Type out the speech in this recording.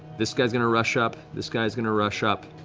this guy's going to rush up, this guy's going to rush up,